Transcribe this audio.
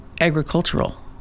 agricultural